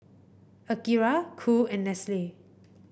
Akira Cool and Nestle